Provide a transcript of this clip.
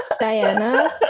Diana